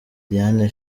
diane